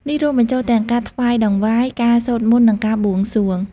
នេះរួមបញ្ចូលទាំងការថ្វាយតង្វាយ ការសូត្រមន្ត និងការបួងសួង។